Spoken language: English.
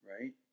right